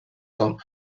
com